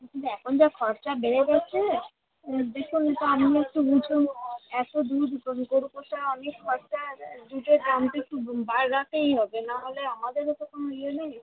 কিন্তু এখন যা খরচা বেড়ে গেছে দেখুন তো আপনি একটু বুঝুন এত দুধ গরু পোষা অনেক খরচা দুধের দাম একটু বাড়াতেই হবে না হলে হবে না তো কোনো ইয়ে নেই